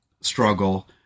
struggle